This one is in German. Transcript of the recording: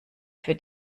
für